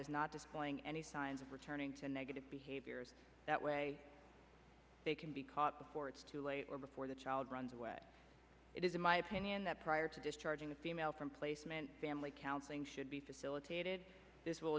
not displaying any signs of returning to negative behavior that way they can be caught before it's too late or before the child runs away it is in my opinion that prior to discharging the female from placement family counseling should be facilitated this will